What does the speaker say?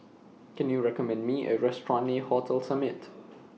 Can YOU recommend Me A Restaurant near Hotel Summit